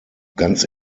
ganz